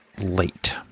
late